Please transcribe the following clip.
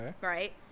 right